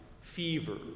fever